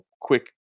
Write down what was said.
quick